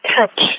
touch